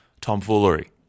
tomfoolery